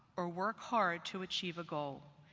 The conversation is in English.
or work hard to achieve a goal.